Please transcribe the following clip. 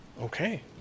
Okay